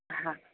हा